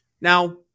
Now